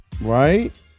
Right